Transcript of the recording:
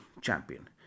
champion